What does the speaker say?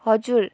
हजुर